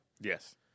Yes